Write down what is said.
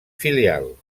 filial